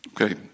Okay